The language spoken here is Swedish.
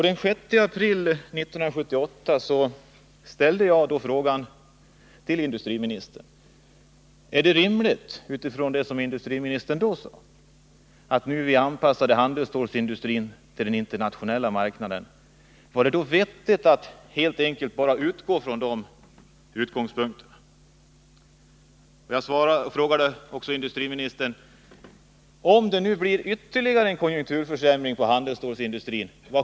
Den 6 april 1978 ställde jag till industriministern frågan om det var vettigt att utgå från det som industriministern då sade om en anpassning av handelsstålsindustrin till den internationella marknaden. Jag frågade då också industriministern vad som kommer att hända om det blir en ytterligare konjunkturförsämring för handelsstälsindustrin.